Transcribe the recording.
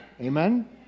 Amen